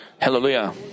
Hallelujah